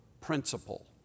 principle